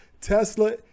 tesla